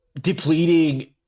depleting